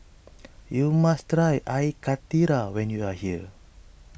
you must try Air Karthira when you are here